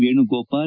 Venugopal